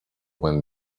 when